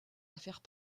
affaires